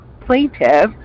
plaintiff